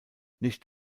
nicht